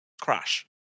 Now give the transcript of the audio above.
crash